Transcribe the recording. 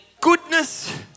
goodness